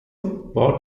war